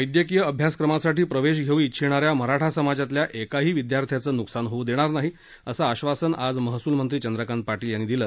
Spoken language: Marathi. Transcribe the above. वैद्यकीय अभ्यासक्रमासाठी प्रवेश घेऊ इच्छिणाऱ्या मराठा समाजातील एकाही विद्यार्थ्याचं नुकसान होऊ देणार नाही असं आश्वासन आज महसूलमंत्री चंद्रकांत पाटील यांनी दिलं